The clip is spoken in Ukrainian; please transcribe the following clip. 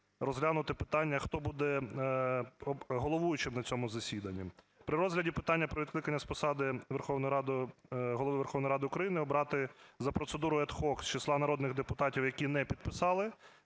розглянути питання, хто буде головуючим на цьому засіданні. При розгляді питання про відкликання з посади Голови Верховної Ради України обрати за процедурою ad hoc з числа народних депутатів, які не підписали